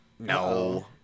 No